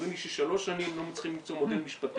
אומרים לי ששלוש שנים לא מצליחים למצוא מודל משפטי.